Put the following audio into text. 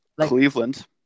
Cleveland